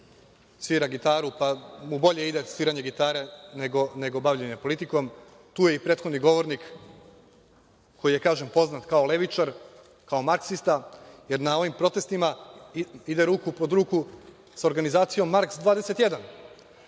svira gitaru, pa mu bolje ide sviranje gitare nego bavljenje politikom. Tu je i prethodni govornik koji je poznat kao levičar, kao Marksista, jer na ovim protestima ide ruku pod ruku sa organizacijom „Marks 21“.